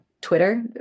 Twitter